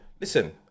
listen